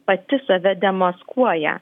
pati save demaskuoja